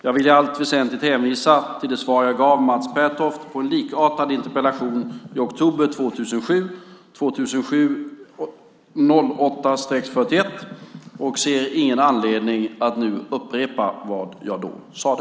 Jag vill i allt väsentligt hänvisa till det svar jag gav Mats Pertoft på en likartad interpellation i oktober 2007 - 2007/08:41, och ser ingen anledning att nu upprepa vad jag då sade.